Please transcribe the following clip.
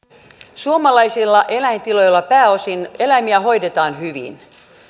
suomalaisilla eläintiloilla eläimiä hoidetaan pääosin hyvin